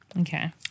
Okay